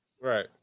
Right